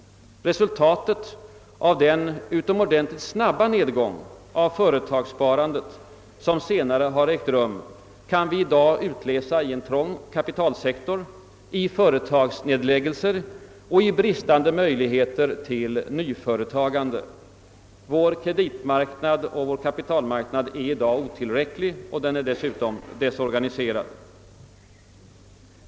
Resultatet av den utomordentligt snabba nedgång i företagssparandet som senare har ägt rum kan vi i dag utläsa i en trång kapitalsektor, i företagsnedläggelser och i bristande möjligheter till nyföretagande. Vår kreditoch vår kapitalmarknad är i dag otillräcklig, och den är dessutom desorganiserad.